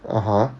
(uh huh)